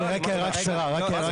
הערה